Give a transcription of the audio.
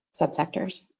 subsectors